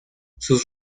sus